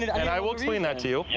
and i will explain that to you. yeah